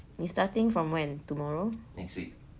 you starting from when tomorrow